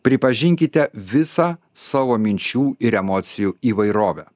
pripažinkite visą savo minčių ir emocijų įvairovę